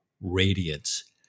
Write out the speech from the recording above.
radiance